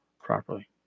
properly